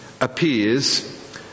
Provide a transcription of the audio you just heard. appears